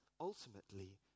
ultimately